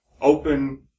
open